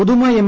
Uduma M